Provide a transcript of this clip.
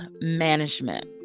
management